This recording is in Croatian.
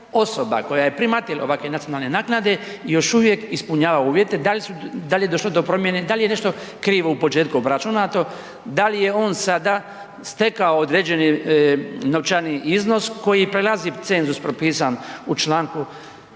osoba koja je primatelj ovakve nacionalne naknade još uvijek ispunjava uvjete, da li je došlo do promjene, da li je nešto krivo u početku obračunato, da li je on sada stekao određeni novčani iznos koji prelazi cenzus propisa u članku